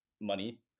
money